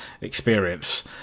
experience